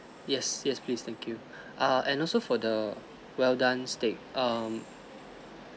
yes yes please thank you err and also for the well done steak um